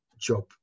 job